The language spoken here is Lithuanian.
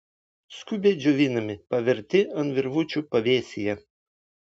skubiai džiovinami paverti ant virvučių pavėsyje